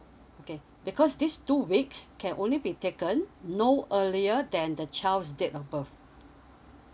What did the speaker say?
okay because these two weeks can only be taken no earlier than the child's date of birth